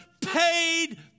paid